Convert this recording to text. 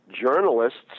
journalists